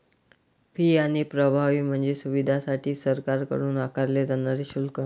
fee आणि प्रभावी म्हणजे सुविधांसाठी सरकारकडून आकारले जाणारे शुल्क